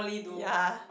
ya